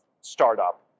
startup